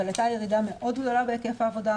אבל הייתה ירידה מאוד גדולה בהיקף העבודה.